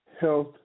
health